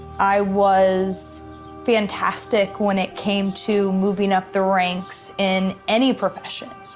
i was fantastic when it came to moving up the ranks in any profession